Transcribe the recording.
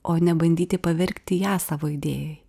o ne bandyti pavergti ją savo idėjai